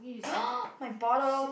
my bottle